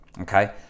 okay